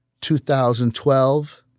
2012